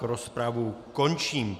Rozpravu končím.